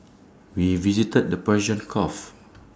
we visited the Persian gulf